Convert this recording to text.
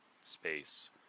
space